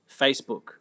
Facebook